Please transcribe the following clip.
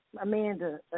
Amanda